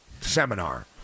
seminar